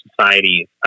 societies